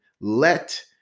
Let